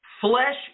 Flesh